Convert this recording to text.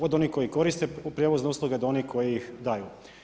Od onih koji koriste prijevozne usluge, do onih koji ih daju.